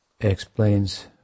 explains